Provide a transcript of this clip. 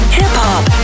hip-hop